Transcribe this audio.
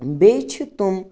بیٚیہِ چھِ تِم